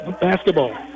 Basketball